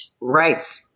Right